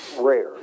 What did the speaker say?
rare